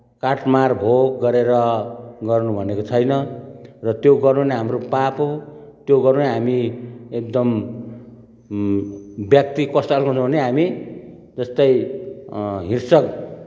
काटमार भोग गरेर गर्नु भनेको छैन र त्यो गर्नु नै हाम्रो पाप हो त्यो गर्नु नै हामी एकदम व्यक्ति कस्तो खाल्को हुन्छ भने हामी जस्तै हिंस्रक